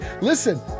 listen